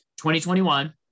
2021